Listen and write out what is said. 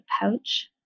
pouch